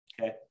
Okay